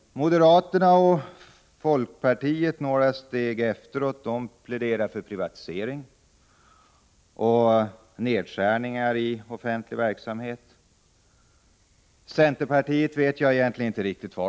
Moderaterna och folkpartiet — några steg efteråt — pläderar för privatisering och nedskärningar i den offentliga verksamheten. Var centerpartisterna står vet jag egentligen inte riktigt.